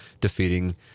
defeating